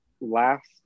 last